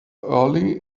early